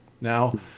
now